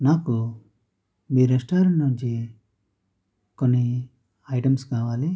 నాకు మీ రెస్టారెంట్ నుంచి కొన్ని ఐటమ్స్ కావాలి